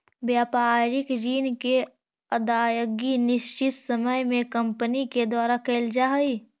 व्यापारिक ऋण के अदायगी निश्चित समय में कंपनी के द्वारा कैल जा हई